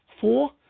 four